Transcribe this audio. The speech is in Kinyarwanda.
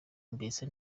meze